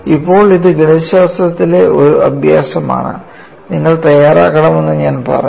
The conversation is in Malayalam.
ഇപ്പോൾ ഇത് ഗണിതശാസ്ത്രത്തിലെ ഒരു അഭ്യാസമാണ് നിങ്ങൾ തയ്യാറാകണമെന്ന് ഞാൻ പറഞ്ഞു